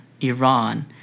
Iran